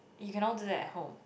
you can all do that at home